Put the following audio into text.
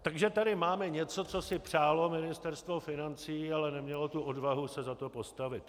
Takže tady máme něco, co si přálo Ministerstvo financí, ale nemělo odvahu se za to postavit.